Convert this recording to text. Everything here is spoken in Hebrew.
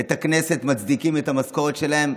את הכנסת, מצדיקים את המשכורת שלהם.